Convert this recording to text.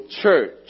church